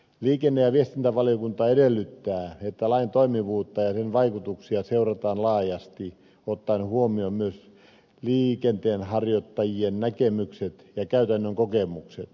liikenne ja viestintävaliokunta edellyttää että lain toimivuutta ja sen vaikutuksia seurataan laajasti ottaen huomioon myös liikenteenharjoittajien näkemykset ja käytännön kokemukset